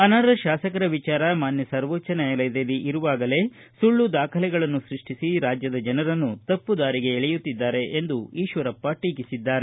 ಅನರ್ಹ ಶಾಸಕರ ವಿಚಾರ ಮಾನ್ಯ ಸರ್ವೋಚ್ನ ನ್ಯಾಯಾಲಯದಲ್ಲಿ ಇರುವಾಗಲೇ ಸುಳ್ದು ದಾಖಲೆಗಳನ್ನು ಸ್ಕಷ್ಟಿಸಿ ರಾಜ್ಜದ ಜನರನ್ನು ತಪ್ಪು ದಾರಿಗೆ ಎಳೆಯುತ್ತಿದ್ದಾರೆ ಎಂದು ಈಶ್ವರಪ್ಪ ಟೀಕಿಸಿದ್ದಾರೆ